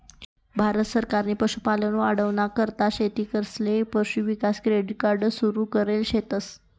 भारत सरकारनी पशुपालन वाढावाना करता शेतकरीसले पशु किसान क्रेडिट कार्ड सुरु करेल शेतस